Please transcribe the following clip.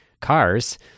cars